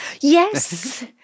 Yes